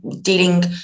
dealing